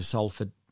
Salford